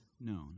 known